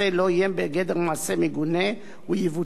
הוא יבוצע בין קטינים בגילים דומים.